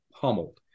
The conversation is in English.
pummeled